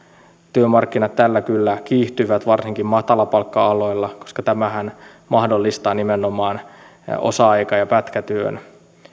työmarkkinat tällä kyllä kiihtyvät varsinkin matalapalkka aloilla koska tämähän mahdollistaa nimenomaan osa aika ja pätkätyön